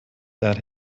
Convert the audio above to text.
that